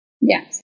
Yes